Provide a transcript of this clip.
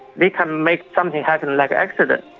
they can make something happen, like accident,